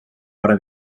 hora